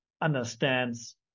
understands